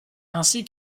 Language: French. ainsi